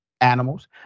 animals